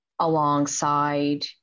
alongside